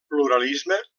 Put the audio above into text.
pluralisme